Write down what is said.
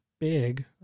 big